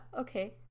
okay